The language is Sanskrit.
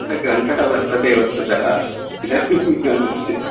सः ग्रन्थः वर्तते वस्तुतः इदानीं न दृश्यते